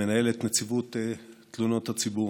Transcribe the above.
מנהלת נציבות תלונות הציבור,